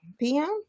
PM